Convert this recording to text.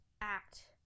act